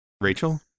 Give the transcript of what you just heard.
Rachel